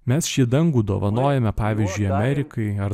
mes šį dangų dovanojame pavyzdžiui amerikai ar